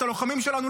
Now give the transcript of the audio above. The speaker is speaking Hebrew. את הלוחמים שלנו,